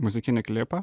muzikinį klipą